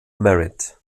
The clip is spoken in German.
merit